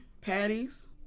patties